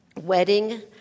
wedding